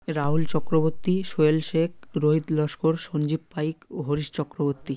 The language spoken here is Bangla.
রাহুল চক্রবর্তী সোহেল শেখ রোহিত লস্কর সঞ্জীব পাইক ও হরিশ চক্রবর্তী